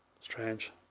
strange